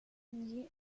nie